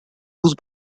whose